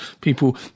People